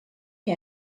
che